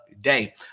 day